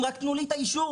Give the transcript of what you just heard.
רק תנו לי את האישור,